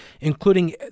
including